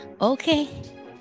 Okay